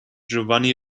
giovanni